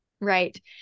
Right